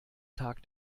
tag